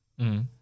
-hmm